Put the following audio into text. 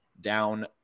down